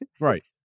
Right